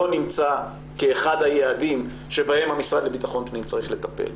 נמצא כאחד היעדים שבהם המשרד לבטחון פנים צריך לטפל.